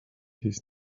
his